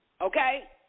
Okay